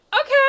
Okay